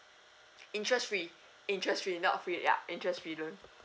interest free interest free not free ya interest free loan